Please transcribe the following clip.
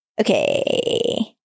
Okay